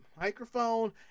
microphone